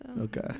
Okay